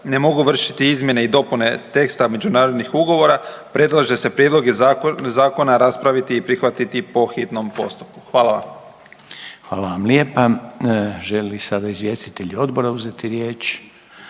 ne mogu vršiti izmjene i dopune teksta međunarodnih ugovora predlaže se prijedloge zakona raspraviti i prihvatiti po hitnom postupku. Hvala vam. **Reiner, Željko (HDZ)** Hvala vam lijepa. Žele li sada izvjestitelji odbora uzeti riječ?